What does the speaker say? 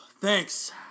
Thanks